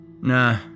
Nah